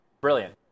brilliant